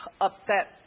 upset